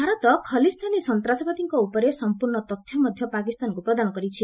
ଭାରତ ଖଲିସ୍ତାନୀ ସନ୍ତାସବାଦୀଙ୍କ ଉପରେ ସମ୍ପର୍ଷ୍ଣ ତଥ୍ୟ ମଧ୍ୟ ପାକିସ୍ତାନକୁ ପ୍ରଦାନ କରିଛି